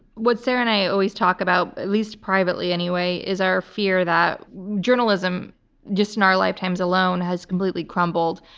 what sarah and i always talk about, at least privately anyway, is our fear that journalism just in our lifetimes alone has completely crumbled,